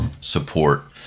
support